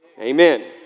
Amen